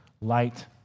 light